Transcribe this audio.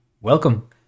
welcome